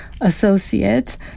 associate